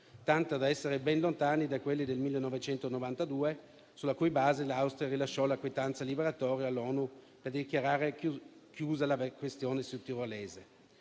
tanto da essere ben lontani da quelli del 1992, sulla cui base l'Austria rilasciò la quietanza liberatoria all'ONU per dichiarare chiusa la questione sudtirolese.